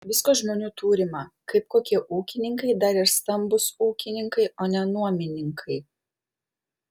visko žmonių turima kaip kokie ūkininkai dar ir stambūs ūkininkai o ne nuomininkai